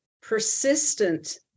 persistent